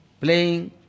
playing